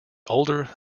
older